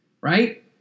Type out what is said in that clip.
right